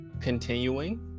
continuing